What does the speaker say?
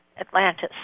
Atlantis